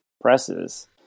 presses